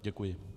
Děkuji.